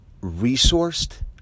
resourced